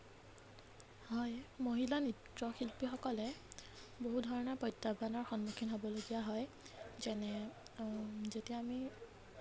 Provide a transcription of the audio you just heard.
হয় মহিলা নৃত্য শিল্পীসকলে বহু ধৰণৰ প্ৰত্যাহ্বানৰ সন্মুখীন হ'বলগীয়া হয় যেনে যেতিয়া আমি